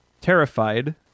terrified